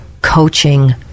coaching